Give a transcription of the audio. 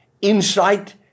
insight